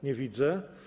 Nie widzę.